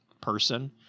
person